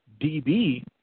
DB